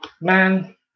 man